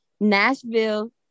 Nashville